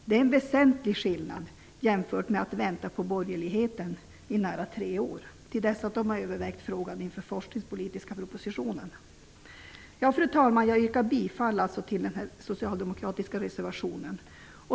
Det är en väsentlig skillnad jämfört med att i nära tre år vänta på att borgerligheten skall överväga frågan inför den forskningspolitiska propositionen. Fru talman! Jag yrkar alltså bifall till den socialdemokratiska reservationen.